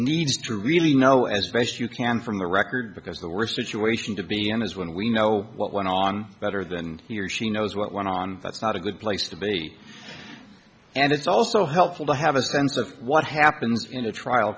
need to really know as best you can from the record because the worst situation to be as when we know what went on better than he or she knows what went on that's not a good place to be and it's also helpful to have a sense of what happens in the trial